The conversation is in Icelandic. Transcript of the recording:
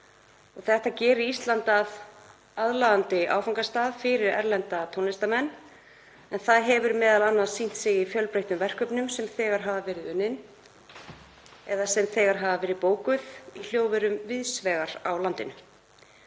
Þetta gerir Ísland að aðlaðandi áfangastað fyrir erlenda tónlistarmenn. Það hefur m.a. sýnt sig í fjölbreyttum verkefnum sem þegar hafa verið unnin eða sem þegar hafa verið bókuð í hljóðverum víðs vegar á landinu.